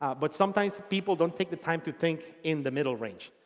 but sometimes people don't take the time to think in the middle range.